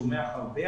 צומח הרבה,